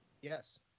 Yes